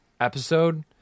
episode